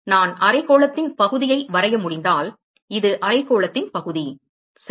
நான் அரைக்கோளத்தின் பகுதியை வரைய முடிந்தால் இது அரைக்கோளத்தின் பகுதி சரி